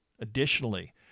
Additionally